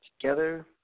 together